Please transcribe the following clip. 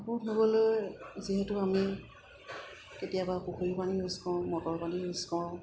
কাপোৰ ধুবলৈ যিহেতু আমি কেতিয়াবা পুখুৰী পানী ইউজ কৰোঁ মটৰ পানীও ইউজ কৰোঁ